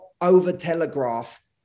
over-telegraph